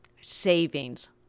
Savings